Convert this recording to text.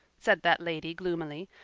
said that lady gloomily,